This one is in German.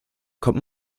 kommt